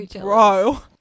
bro